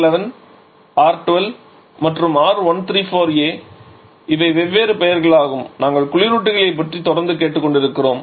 R 11 R 12 மற்றும் R134a இவை வெவ்வேறு பெயர்களாகும் நாங்கள் குளிரூட்டிகளைப் பற்றி தொடர்ந்து கேட்டுக்கொண்டிருக்கிறோம்